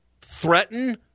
threaten